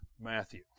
Matthew